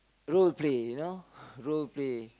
roleplay you know roleplay